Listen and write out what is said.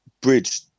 bridge